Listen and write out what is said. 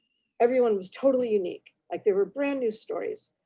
everyone was totally unique. like they were brand new stories.